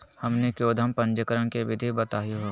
हमनी के उद्यम पंजीकरण के विधि बताही हो?